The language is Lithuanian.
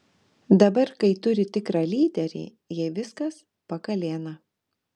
dabar kai turi tikrą lyderį jai viskas pakalėna